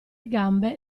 gambe